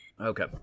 Okay